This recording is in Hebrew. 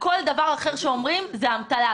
וכל דבר אחר שאומרים זאת המתלה,